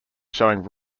showing